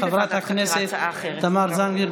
שמספרה 579. חברת הכנסת תמר זנדברג,